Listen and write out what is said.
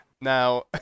Now